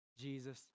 Jesus